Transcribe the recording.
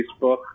Facebook